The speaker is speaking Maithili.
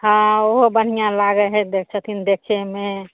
हँ ओहो बढ़िऑं लागै छथिन देखयमे